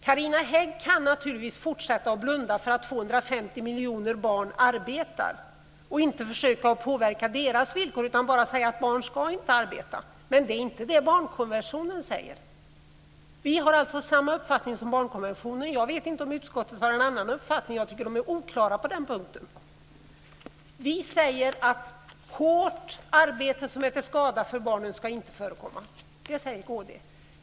Carina Hägg kan naturligtvis fortsätta att blunda för att det är 250 miljoner barn som arbetar och inte försöka att påverka deras villkor. Det är lätt att säga att barn inte ska arbeta. Men så säger inte barnkonventionen. Vi har alltså samma uppfattning som barnkonventionen, och jag vet inte om utskottet har en annan uppfattning - jag tycker att man är oklar på den punkten. Vi säger att hårt arbete som är till skada för barnen inte ska förekomma.